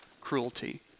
cruelty